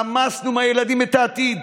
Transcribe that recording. חמסנו מהילדים את העתיד.